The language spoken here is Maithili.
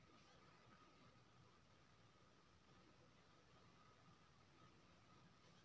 बैंकिंग एजेंट बैंक दिस सँ गांहिकी केर पाइ कौरी केर लेब देबक काज करै छै